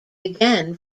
again